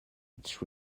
its